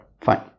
Fine